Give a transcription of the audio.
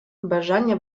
бажання